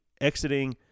exiting